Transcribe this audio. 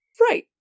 Right